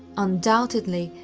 undoubtedly,